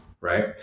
right